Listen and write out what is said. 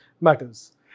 matters